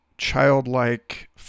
childlike